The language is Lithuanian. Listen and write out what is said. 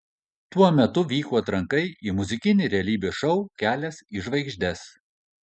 tuo metu vyko atranka į muzikinį realybės šou kelias į žvaigždes